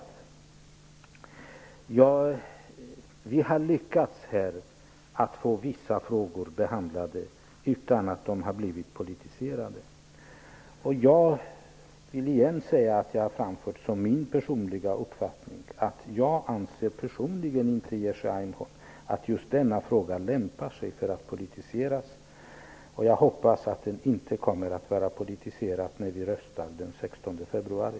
Vi här har lyckats att få vissa frågor behandlade utan att de har blivit politiserade. Jag vill återigen säga att jag har framfört att det är min personliga uppfattning att jag inte anser att just denna fråga lämpar sig för politisering. Jag hoppas att den inte är politiserad vid voteringen den 16 februari.